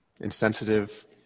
insensitive